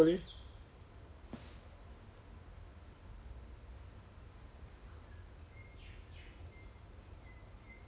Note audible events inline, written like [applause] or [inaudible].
Saoko ah I think should be 应该叫 ya s~ [noise] 什么 ko 的 lah sa~ Sawako Sawoko 不懂 Sawuko